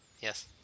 Yes